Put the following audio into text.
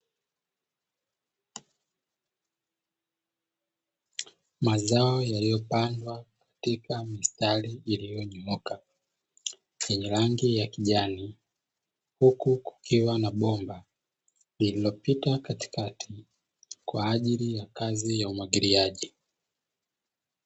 Mazao yaliyopandwa katika mistari iliyonyooka, yenye rangi ya kijani, huku kukiwa na bomba lililopita katikati kwa ajili ya kazi umwagiliaji.